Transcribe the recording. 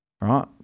right